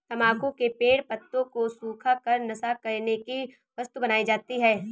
तम्बाकू के पेड़ पत्तों को सुखा कर नशा करने की वस्तु बनाई जाती है